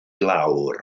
lawr